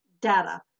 data